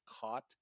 caught